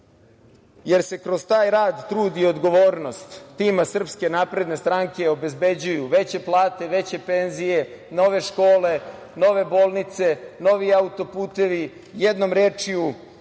jer se kraj taj rad, trud i odgovornost tima SNS obezbeđuju veće plate, veće penzije, nove škole, nove bolnice, novi auto-putevi. Jednom rečju,